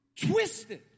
twisted